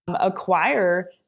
acquire